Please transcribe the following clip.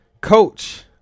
Coach